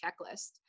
checklist